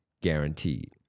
guaranteed